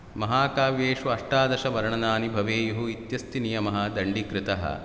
महाकव्येषु अष्टादशवर्णनानि भवेयुः इत्यस्ति नियमः दण्डिकृतः